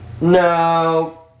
No